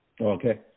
Okay